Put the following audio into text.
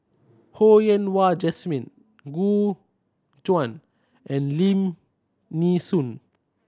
Ho Yen Wah Jesmine Gu Juan and Lim Nee Soon